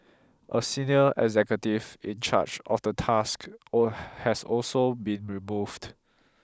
a senior executive in charge of the task all has also been removed